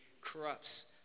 corrupts